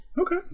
Okay